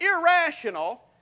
irrational